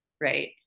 Right